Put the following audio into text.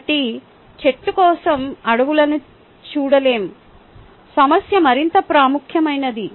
కాబట్టి చెట్టు కోసం అడవులను చూడలేము సమస్య మరింత ప్రముఖమైనది